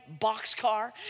boxcar